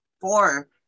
Four